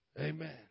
Amen